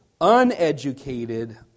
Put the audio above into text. uneducated